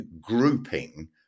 grouping